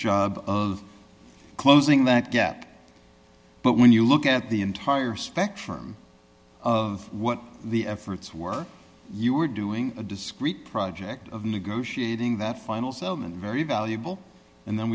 job of closing that gap but when you look at the entire spectrum of what the efforts were you were doing a discrete project of negotiating that final settlement very valuable and then